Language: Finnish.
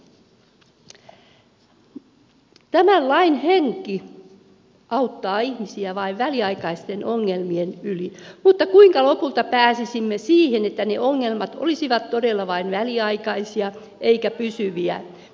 tämän lain henki auttaa ihmisiä vain väliaikaisten ongelmien yli mutta kuinka lopulta pääsisimme siihen että ne ongelmat olisivat todella vain väliaikaisia eikä pysyviä